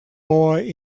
boy